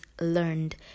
learned